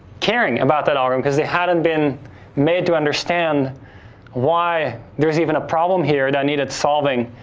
caring about that algorithm because they hadn't been made to understand why there's even a problem here that needed solving.